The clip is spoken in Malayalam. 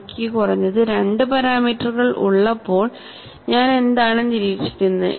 എനിക്ക് കുറഞ്ഞത് 2 പാരാമീറ്ററുകൾ ഉള്ളപ്പോൾ ഞാൻ എന്താണ് നിരീക്ഷിക്കുന്നത്